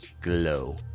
glow